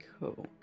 Cool